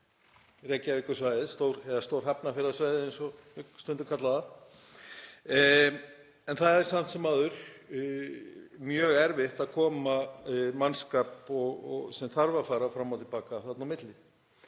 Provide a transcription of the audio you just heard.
Reykjavíkursvæðið, eða Stór-Hafnarfjarðarsvæðið, eins og við höfum stundum kallað það. En það er samt sem áður mjög erfitt að koma mannskap sem þarf að fara fram og til baka þarna á milli.